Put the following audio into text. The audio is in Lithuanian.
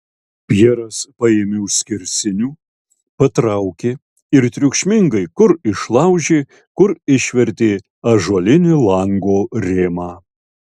pjeras paėmė už skersinių patraukė ir triukšmingai kur išlaužė kur išvertė ąžuolinį lango rėmą